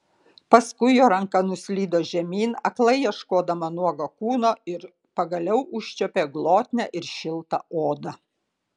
paskui jo ranka nuslydo žemyn aklai ieškodama nuogo kūno ir pagaliau užčiuopė glotnią ir šiltą odą